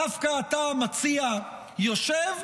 דווקא אתה, המציע, יושב,